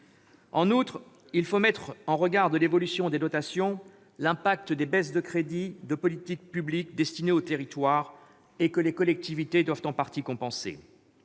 En outre, il faut mettre en regard de l'évolution des dotations l'incidence des baisses de crédits de politiques publiques destinées aux territoires et que les collectivités doivent en partie compenser.